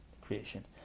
creation